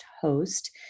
host